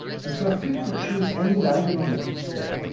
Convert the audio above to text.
since we are free to choose any diagonal at each step,